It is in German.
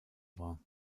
war